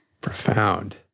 Profound